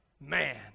man